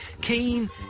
Keen